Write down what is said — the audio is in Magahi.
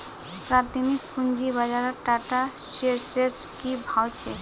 प्राथमिक पूंजी बाजारत टाटा शेयर्सेर की भाव छ